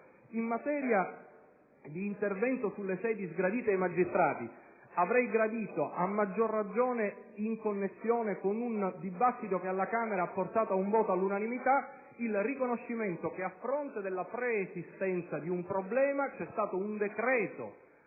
In materia di intervento sulle sedi sgradite ai magistrati avrei gradito, a maggior ragione in connessione con un dibattito che alla Camera ha portato ad un voto all'unanimità, il riconoscimento che, a fronte della preesistenza di un problema, c'è stato un decreto